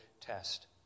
test